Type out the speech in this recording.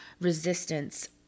resistance